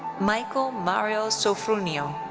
michael mario sofroniou.